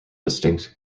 distinct